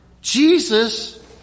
Jesus